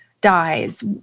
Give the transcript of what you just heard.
dies